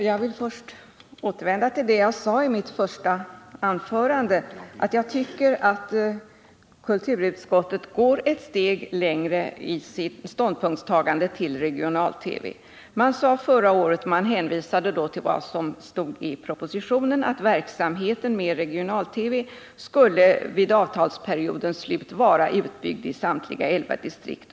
Herr talman! Först vill jag återvända till vad jag sade i mitt första anförande. Jag tycker att kulturutskottet går ett steg längre i sitt ståndpunktstagande till regional-TV. Förra året hänvisade man till vad som stod i propositionen, nämligen att verksamheten vid regional-TV vid avtalsperiodens slut skulle vara utbyggd i samtliga elva distrikt.